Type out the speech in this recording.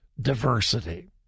diversity